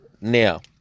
Now